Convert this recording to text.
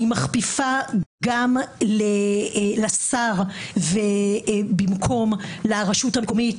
היא מכפיפה גם לשר במקום לרשות המקומית,